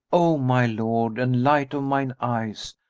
o my lord and light of mine eyes,